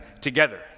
together